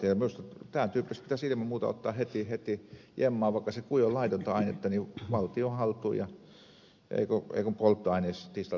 minusta tämän tyyppiset juomat pitäisi ilman muuta ottaa heti jemmaan vaikka se kuinka on laitonta ainetta valtion haltuun ja ei kun polttoaineeksi tislaten jalostaa